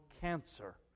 cancer